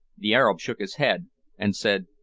the arab shook his head and said,